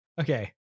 Okay